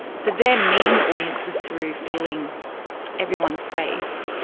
for them meeting the audience was through feeling everyone's face,